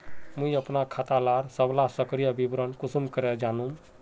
मुई अपना खाता डार सबला सक्रिय विवरण कुंसम करे जानुम?